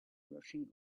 rushing